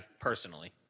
personally